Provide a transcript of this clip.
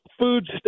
food